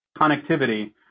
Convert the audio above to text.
connectivity